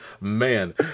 Man